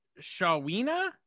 shawina